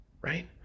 right